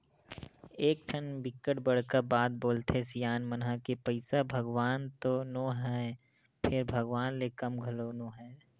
एकठन बिकट बड़का बात बोलथे सियान मन ह के पइसा भगवान तो नो हय फेर भगवान ले कम घलो नो हय